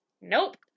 Nope